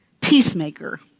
peacemaker